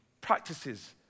practices